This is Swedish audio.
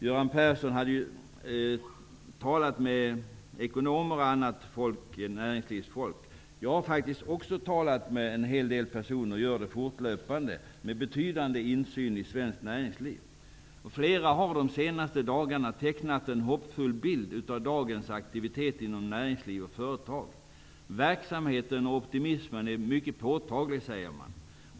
Göran Persson hade talat med ekonomer och annat näringslivsfolk. Jag har faktiskt också talat med en hel del personer -- jag gör det fortlöpande -- med betydande insyn i svenskt näringsliv. Flera har de senaste dagarna tecknat en hoppfull bild av dagens aktiviteter inom näringsliv och företag. Verksamheten och optimismen är mycket påtaglig säger man.